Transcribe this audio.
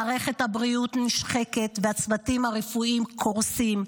מערכת הבריאות נשחקת והצוותים הרפואיים קורסים.